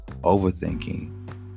overthinking